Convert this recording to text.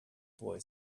boy